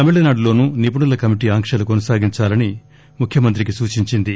తమిళనాడులోనూ నిపుణుల కమిటీ ఆంక్షలు కొనసాగించాలని ముఖ్యమంత్రికి సూచించింది